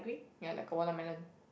ya like a watermelon